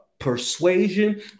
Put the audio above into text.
persuasion